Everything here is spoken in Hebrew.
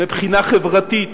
מבחינה חברתית,